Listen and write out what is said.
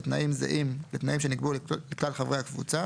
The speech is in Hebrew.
בתנאים זהים לתנאים שנקבעו לכלל חברי הקבוצה